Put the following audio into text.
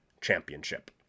championship